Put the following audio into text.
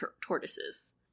tortoises